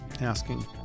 asking